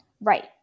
Right